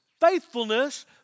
faithfulness